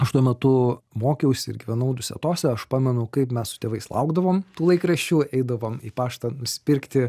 aš tuo metu mokiausi ir gyvenau dusetose aš pamenu kaip mes su tėvais laukdavom laikraščių eidavom į paštą nusipirkti